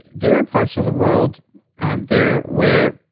there are parts of the world there where,